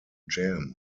jam